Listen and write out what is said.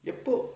எப்போ:eppo